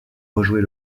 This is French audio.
rejouer